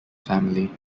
family